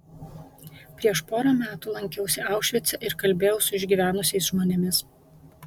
prieš porą metų lankiausi aušvice ir kalbėjau su išgyvenusiais žmonėmis